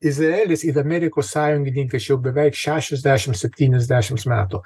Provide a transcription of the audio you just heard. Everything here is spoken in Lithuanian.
izraelis ir amerikos sąjungininkės jau beveik šešiasdešims septyniasdešims metų